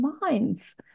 minds